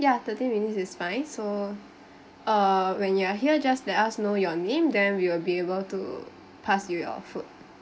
ya thirty minutes is fine so uh when you are here just let us know your name then we will be able to pass you your food